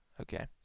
Okay